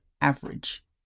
average